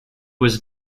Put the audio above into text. was